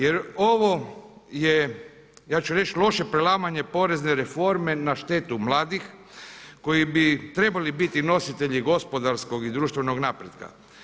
Jer ovo je ja ću reći loše prelamanje porezne reforme na štetu mladih koji bi trebali biti nositelji gospodarskog i društvenog napretka.